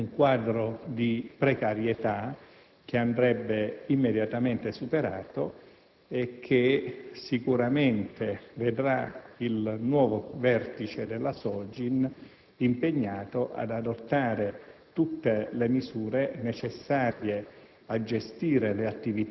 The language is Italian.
emerge un quadro di precarietà che andrebbe immediatamente superato e che sicuramente vedrà il nuovo vertice della SOGIN impegnato ad adottare tutte le misure necessarie